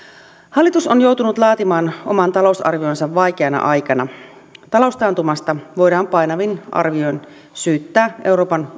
hallitus on joutunut laatimaan oman talousarvionsa vaikeana aikana taloustaantumasta voidaan painavin arvioin syyttää euroopan